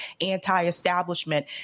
anti-establishment